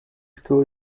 school